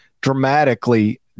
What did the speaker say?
dramatically